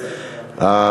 אין.